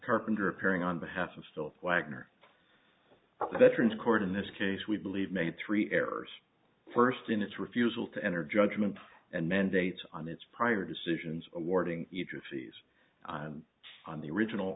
carpenter appearing on behalf of still wagner veterans court in this case we believe made three errors first in its refusal to enter judgment and mandates on its prior decisions awarding each of fees on the original